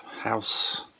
house